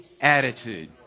attitude